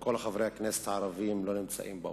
כל חברי הכנסת הערבים לא נמצאים באולם.